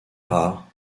rare